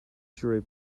jury